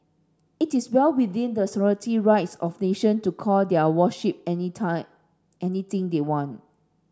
it is well within the sovereign rights of nation to call their warship anytime anything they want